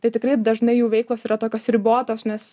tai tikrai dažnai jų veiklos yra tokios ribotos nes